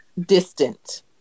distant